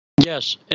Yes